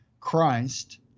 Christ